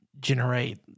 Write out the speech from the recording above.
generate